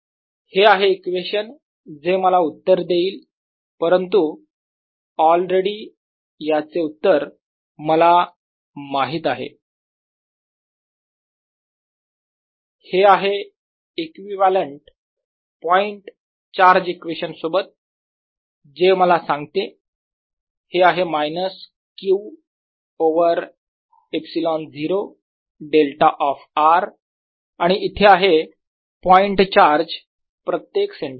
हे आहे इक्वेशन जे मला उत्तर देईल परंतु ऑलरेडी याचे उत्तर मला माहित आहे हे आहे इक्विवलेंट पॉईंट चार्ज इक्वेशन सोबत जे मला सांगते हे आहे minus Q over ε0 delta of r आणि इथे आहे पॉईंट चार्ज प्रत्येक सेंटरचा